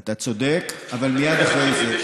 אתה צודק, אבל מייד אחרי זה.